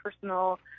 personal